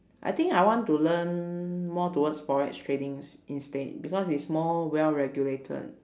I think I want to learn more towards forex tradings instead because it's more well regulated